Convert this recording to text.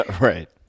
Right